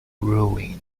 ruined